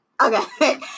Okay